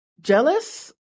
jealous